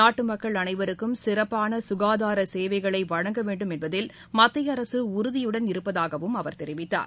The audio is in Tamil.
நாட்டுமக்கள் அனைவருக்கும் சிறப்பானசுகாதாரசேவைகளைவழங்க வேண்டும் என்பதில் மத்தியஅரசுஉறுதியுடன் இருப்பதாகவும் அவர் தெரிவித்தார்